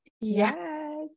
Yes